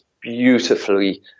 beautifully